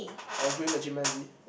or claim that chimpanzee